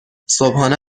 صبحانه